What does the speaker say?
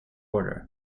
order